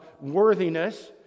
worthiness